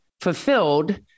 fulfilled